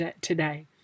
today